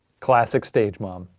classic stage mom.